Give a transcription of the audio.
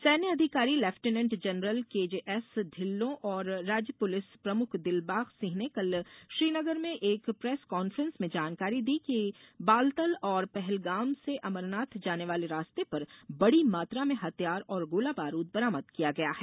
सैन्य अधिकारी lieutenant general K J S Dhillon और राज्य पुलिस प्रमुख दिलबाग़ सिंह ने कल श्रीनगर में एक प्रेस कान्फ्रेस में जानकारी दी कि बालतल और पहलगाम से अमरनाथ जाने वाले रास्ते पर बड़ी मात्रा में हथियार और गोलाबारूद बरामद किया गया है